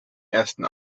ersten